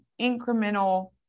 incremental